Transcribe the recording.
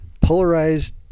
polarized